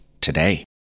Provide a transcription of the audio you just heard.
today